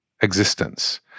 existence